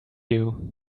you